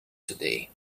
today